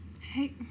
Hey